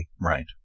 Right